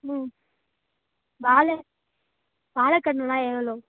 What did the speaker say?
ம் வாழை வாழைக்கன்னுலாம் எவ்வளோ